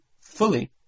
fully